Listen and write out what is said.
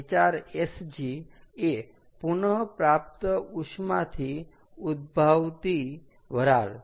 HRSG એ પુન પ્રાપ્ત ઉષ્માથી ઉદભાવતી વરાળ